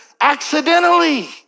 accidentally